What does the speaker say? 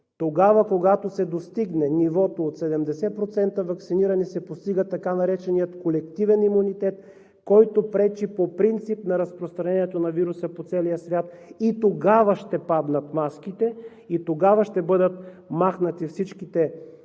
тест. Когато се достигне нивото от 70% ваксинирани, се постига така нареченият колективен имунитет, който пречи по принцип на разпространението на вируса по целия свят – тогава ще паднат маските. Тогава ще бъдат махнати всичките